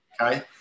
Okay